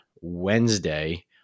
Wednesday